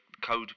code